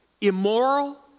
Immoral